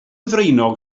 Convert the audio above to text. ddraenog